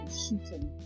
shooting